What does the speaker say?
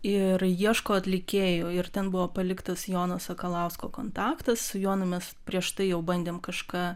ir ieško atlikėjų ir ten buvo paliktas jono sakalausko kontaktas su jonu mes prieš tai jau bandėm kažką